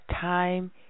time